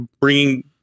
bringing